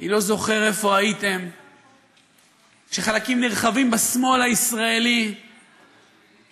אני לא זוכר איפה הייתם כשחלקים נרחבים בשמאל הישראלי חטאו,